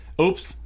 Oops